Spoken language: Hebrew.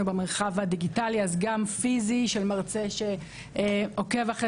במרחב הדיגיטלי אז גם במרחב הפיזי מרצה שעוקב אחרי